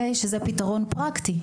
שזה פתרון פרקטי.